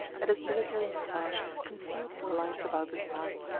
and his military moustache concealed the lines about his mouth.